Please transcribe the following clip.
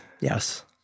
Yes